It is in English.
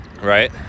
Right